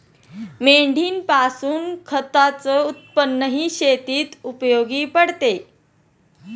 मेंढीपासून खताच उत्पन्नही शेतीत उपयोगी पडते